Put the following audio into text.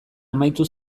amaitu